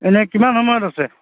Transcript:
এনেই কিমান সময়ত আছে